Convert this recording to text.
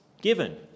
given